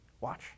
Watch